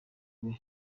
uwe